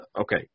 Okay